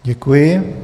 Děkuji.